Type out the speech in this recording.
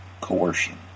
coercion